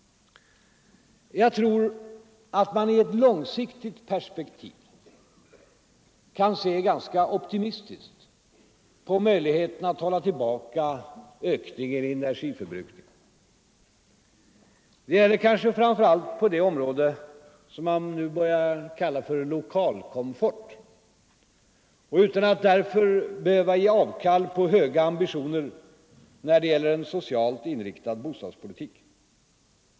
Jag tror att man i ett långsiktigt perspektiv kan se ganska optimistiskt på möjligheten att hålla tillbaka ökningen i energiförbrukningen — det gäller kanske framför allt det område som man börjar kalla lokalkomfort - utan att därför behöva ge avkall på höga ambitioner när det gäller en socialt inriktad bostadspolitik.